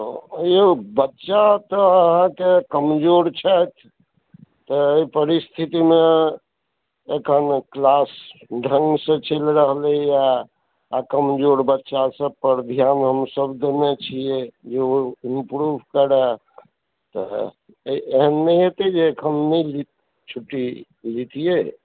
यौ बच्चा तऽ अहाँक कमजोर छथि तऽ एहि परिस्थितिमऽ अखन क्लास ढङ्गसँ चलि रहलै यऽ आ कमजोर बच्चासभ पर ध्यान हमसभ देनय छियै जे ओ इम्प्रूव करऽ तऽ एहन नहि हेतय जे अखन नहि लि छुट्टी लयतियै